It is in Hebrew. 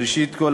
ראשית כול,